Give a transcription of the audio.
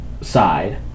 side